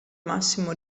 massimo